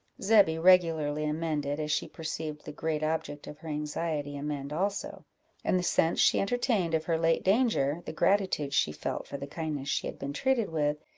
zebby regularly amended, as she perceived the great object of her anxiety amend also and the sense she entertained of her late danger, the gratitude she felt for the kindness she had been treated with,